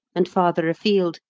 and, farther afield,